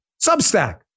Substack